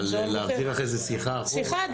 אבל להעביר אחרי זה שיחה אחורה --- סליחה,